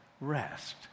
rest